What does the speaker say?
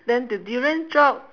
then the durian drop